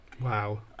Wow